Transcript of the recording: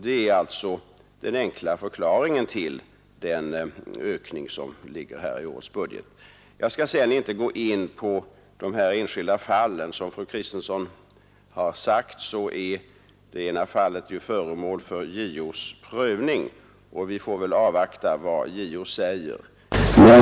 Det är alltså den enkla förklaringen till den ökning som ligger här i årets budget. Jag skall sedan inte gå in på de enskilda fallen. Som fru Kristensson har sagt är det ena fallet föremål för JO:s prövning, och vi får väl avvakta vad JO säger.